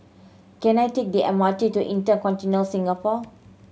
can I take the M R T to InterContinental Singapore